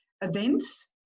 events